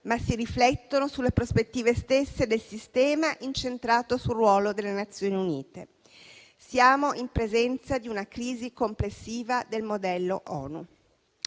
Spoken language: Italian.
ma si riflettono sulle prospettive stesse del sistema incentrato sul ruolo delle Nazioni Unite. Siamo in presenza di una crisi complessiva del modello ONU,